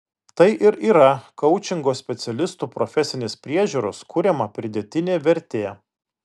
tai ir yra koučingo specialistų profesinės priežiūros kuriama pridėtinė vertė